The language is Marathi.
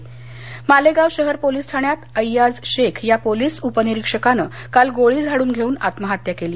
नाशिक मालेगाव शहर पोलीस ठाण्यात अय्याज शेख या पोलीस उपनिरीक्षकाने काल गोळी झाडून घेऊन आत्महत्या केली